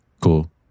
Cool